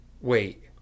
wait